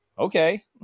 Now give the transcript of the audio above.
okay